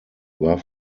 war